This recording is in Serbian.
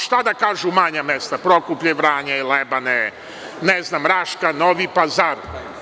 Šta da kažu manja mesta, Prokuplje, Vranje, Lebane, Raška, Novi Pazar?